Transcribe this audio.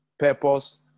purpose